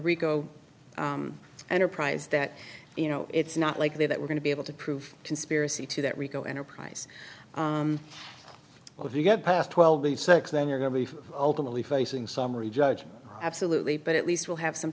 rico enterprise that you know it's not likely that we're going to be able to prove conspiracy to that rico enterprise well if you get past twelve the sex then you're going to ultimately facing summary judgment absolutely but at least we'll have some